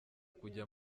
kujya